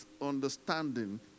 understanding